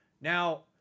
now